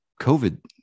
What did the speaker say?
COVID